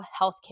healthcare